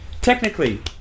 Technically